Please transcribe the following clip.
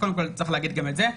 קודם כול צריך להגיד גם את זה.